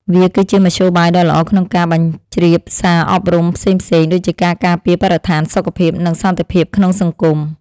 វាគឺជាមធ្យោបាយដ៏ល្អក្នុងការបញ្ជ្រាបសារអប់រំផ្សេងៗ ដូចជាការការពារបរិស្ថាន សុខភាព និងសន្តិភាពក្នុងសង្គម។